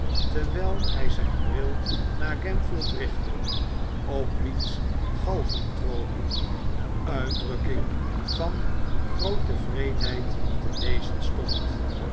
terwijl hij zijn bril naar gamfield richtte op wiens galgentronie de uitdrukking van groote wreedheid te lezen stond